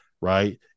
right